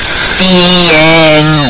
seeing